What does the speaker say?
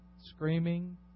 Screaming